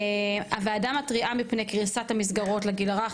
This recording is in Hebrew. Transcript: הוועדה מתריעה מפני קריסת המסגרות לגיל הרך